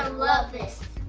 ah love this.